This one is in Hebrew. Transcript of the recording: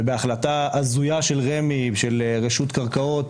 ובהחלטה הזויה של רמ"י ושל רשות קרקעות,